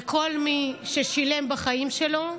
וכל מי ששילם בחיים שלו,